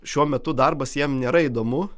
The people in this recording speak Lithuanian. šiuo metu darbas jiem nėra įdomu